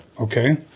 Okay